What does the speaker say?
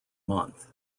month